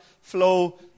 flow